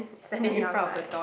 standing outside